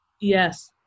Yes